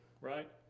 right